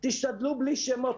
תשתדלו בלי שמות.